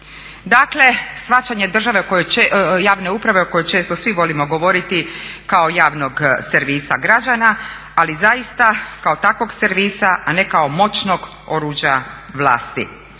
Dakle, shvaćanje javne uprave o kojoj često svi volimo govoriti kao javnog servisa građana, ali zaista kao takvog servisa a ne kao moćnog oruđa vlasti.